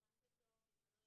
שכל